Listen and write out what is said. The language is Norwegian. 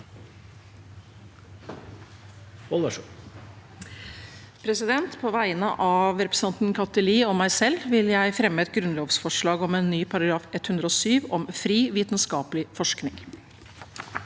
På vegne av represen- tanten Kathy Lie og meg selv vil jeg fremme et grunnlovsforslag om ny § 107, om fri vitenskapelig forskning.